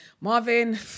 Marvin